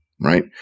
right